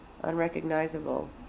unrecognizable